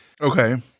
Okay